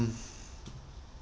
mm